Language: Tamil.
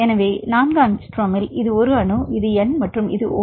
எனவே இந்த 4 ஆங்ஸ்ட்ரோமில் இது 1 அணு இது N மற்றும் இது O